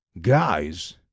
guys